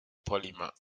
polymer